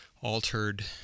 altered